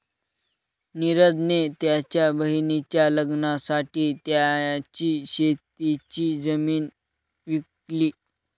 निरज ने त्याच्या बहिणीच्या लग्नासाठी त्याची शेतीची जमीन विकली